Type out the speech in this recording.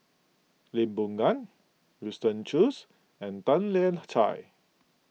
Lee Boon Ngan Winston Choos and Tan Lian Chye